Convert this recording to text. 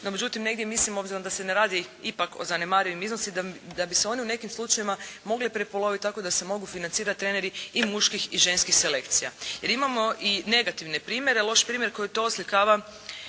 međutim, negdje mislim obzirom da se ne radi ipak o zanemarivim iznosima da bi se oni u nekim slučajevima mogli prepoloviti tako da se mogu financirati treneri i muških i ženskih selekcija. Imamo i negativne primjere. Loš primjer koji to oslikava